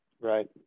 Right